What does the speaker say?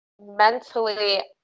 mentally